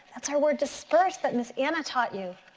that's our word disperse that miss anna taught you.